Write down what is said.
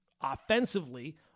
offensively